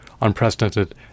unprecedented